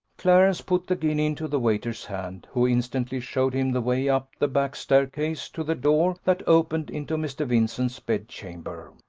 clarence put the guinea into the waiter's hand, who instantly showed him the way up the back staircase to the door that opened into mr. vincent's bed-chamber.